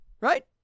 Right